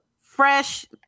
fresh